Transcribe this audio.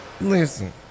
Listen